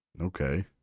Okay